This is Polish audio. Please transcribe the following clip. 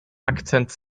akcent